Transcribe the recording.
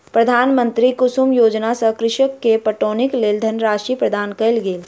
प्रधानमंत्री कुसुम योजना सॅ कृषक के पटौनीक लेल धनराशि प्रदान कयल गेल